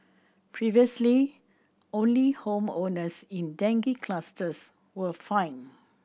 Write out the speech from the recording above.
previously only home owners in dengue clusters were fined